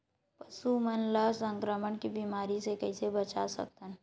पशु मन ला संक्रमण के बीमारी से कइसे बचा सकथन?